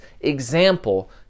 example